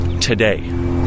today